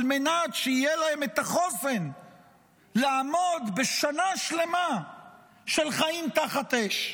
מנת שיהיה להם את החוסן לעמוד בשנה שלמה של חיים תחת אש,